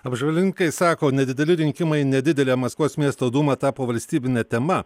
apžvalgininkai sako nedideli rinkimai nedidelė maskvos miesto dūma tapo valstybine tema